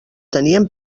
tenien